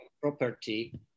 property